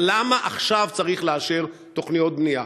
אבל למה עכשיו צריך לאשר תוכניות בנייה?